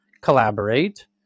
collaborate